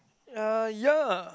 uh ya